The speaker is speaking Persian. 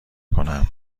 کنم